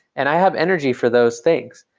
and i have energy for those things.